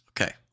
Okay